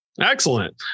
Excellent